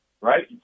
right